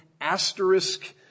asterisk